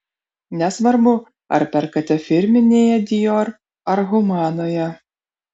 nesvarbu ar perkate firminėje dior ar humanoje